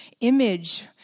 image